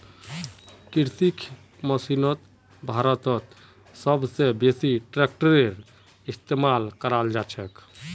कृषि मशीनरीत भारतत सब स बेसी ट्रेक्टरेर इस्तेमाल कराल जाछेक